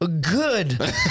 good